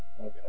Okay